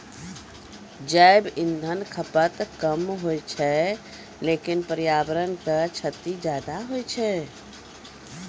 जैव इंधन खपत कम होय छै लेकिन पर्यावरण क क्षति ज्यादा होय छै